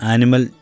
Animal